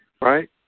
Right